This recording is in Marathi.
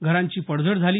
घरांची पडझड झाली